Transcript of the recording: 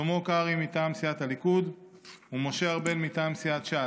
שלמה קרעי מטעם סיעת הליכוד ומשה ארבל מטעם סיעת ש"ס.